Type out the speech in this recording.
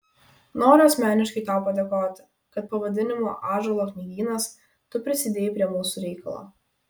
noriu asmeniškai tau padėkoti kad pavadinimu ąžuolo knygynas tu prisidėjai prie mūsų reikalo